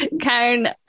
Karen